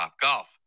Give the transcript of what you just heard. Golf